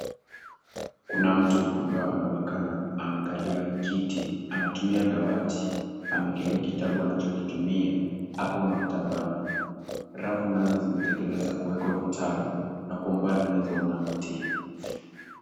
Kuna mtu ambaye anekana amekalia kiti, anatumia dawati. Amewekelea kitabu anachokitumia hapo maktabani. Rafu nazo zimetekeleza kuweka vitabu na kwa mbali unazoona mti.